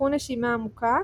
קחו נשימה עמוקה,